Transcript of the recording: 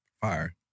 Fire